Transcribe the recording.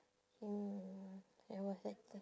mm I was at the